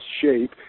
shape